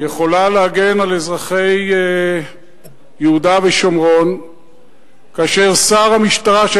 יכולה להגן על אזרחי יהודה ושומרון כאשר שר המשטרה,